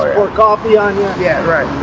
pour coffee on you. yeah, right,